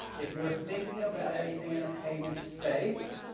if you're thinking about anything in the payment space,